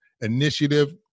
initiative